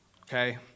okay